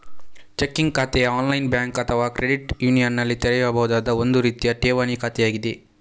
checking ಖಾತೆಯು online bank ಅಥವಾ credit ಯೂನಿಯನಿನಲ್ಲಿ ತೆರೆಯಬಹುದಾದ ಒಂದು ರೀತಿಯ ಠೇವಣಿ ಖಾತೆಯಾಗಿದೆ